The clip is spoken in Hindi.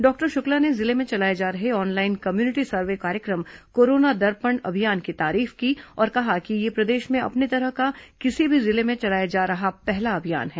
डॉक्टर शुक्ला ने जिले में चलाए जा रहे ऑनलाइन कम्युनिटी सर्वे कार्य क्र म कोरोना दर्पण अभियान की तारीफ की और कहा कि यह प्रदेश में अपने तरह का किसी भी जिले में चलाया जा रहा पहला अभियान है